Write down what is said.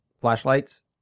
flashlights